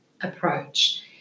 approach